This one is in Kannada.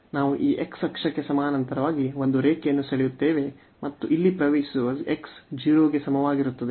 ನಾವು ಈ x ಅಕ್ಷಕ್ಕೆ ಸಮಾನಾಂತರವಾಗಿ ಒಂದು ರೇಖೆಯನ್ನು ಸೆಳೆಯುತ್ತೇವೆ ಮತ್ತು ಇಲ್ಲಿ ಪ್ರವೇಶಿಸುವ x 0 ಗೆ ಸಮವಾಗಿರುತ್ತದೆ